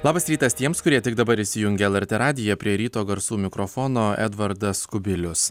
labas rytas tiems kurie tik dabar įsijungė lrt radiją prie ryto garsų mikrofono edvardas kubilius